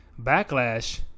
Backlash